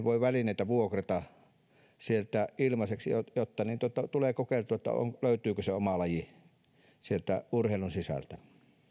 voi välineitä vuokrata ilmaiseksi tämmöisellä kokeilu ja toimintaperiaatteella jotta tulee kokeiltua löytyykö oma laji sieltä urheilun sisältä